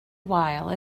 while